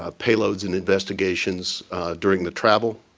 ah payloads in investigations during the travel.